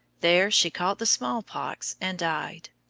there she caught the smallpox and died.